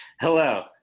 Hello